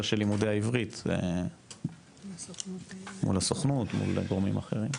של לימודי העברית מול הסוכנות ומול גורמים אחרים.